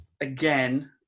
again